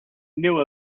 knew